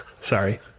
Sorry